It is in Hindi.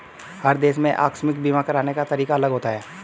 हर देश के आकस्मिक बीमा कराने का तरीका अलग होता है